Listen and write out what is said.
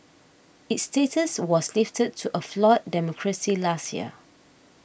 its status was lifted to a flawed democracy last year